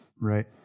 right